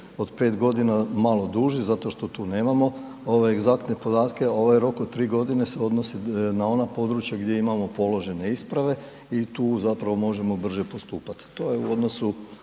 od 5 godina malo duži zato što tu nemamo egzaktne podatke, a ovaj rok od 3 godine se odnosi na ona područja gdje imamo položene isprave i tu zapravo možemo brže postupati, to je u odnosu